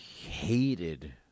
hated